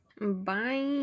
bye